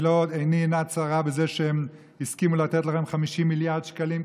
ועיני אינה צרה בזה שהם הסכימו לתת לכם 50 מיליארד שקלים,